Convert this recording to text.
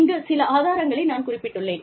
இங்கு சில ஆதாரங்களை நான் குறிப்பிட்டுள்ளேன்